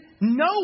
no